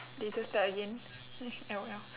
later start again L O L